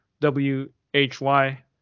W-H-Y